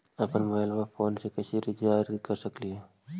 अप्पन mobile phone के कैसे रिचार्ज कर सकली हे?